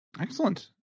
Excellent